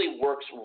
works